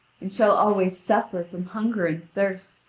and shall always suffer from hunger and thirst,